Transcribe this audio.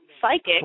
psychic